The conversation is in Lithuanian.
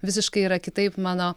visiškai yra kitaip mano